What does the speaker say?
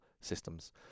systems